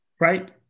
right